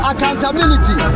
accountability